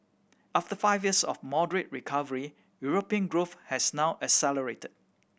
after five years of moderate recovery European growth has now accelerated